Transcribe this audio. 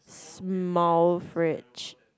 small fridge